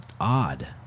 odd